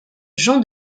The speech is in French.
jean